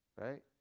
Right